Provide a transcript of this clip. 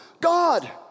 God